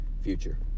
Future